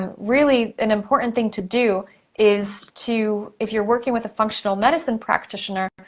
ah really, an important thing to do is to, if you're working with a functional medicine practitioner,